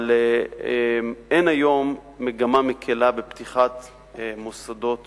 אבל אין היום מגמה מקלה בפתיחת מוסדות